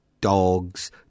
dogs